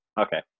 okay